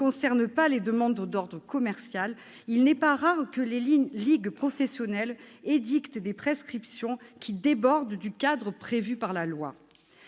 concerne pas les demandes d'ordre commercial, il n'est pas rare que les ligues professionnelles édictent des prescriptions qui débordent du cadre prévu par la loi